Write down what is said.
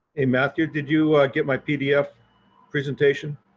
a matthew, did you get my pdf presentation.